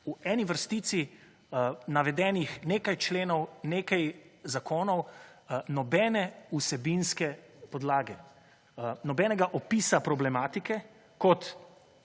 V eni vrstici navedenih nekaj členov nekaj zakonov, nobene vsebinske podlage, nobenega opisa problematike kot